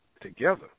together